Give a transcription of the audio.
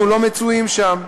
אנחנו לא מצויים שם.